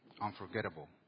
unforgettable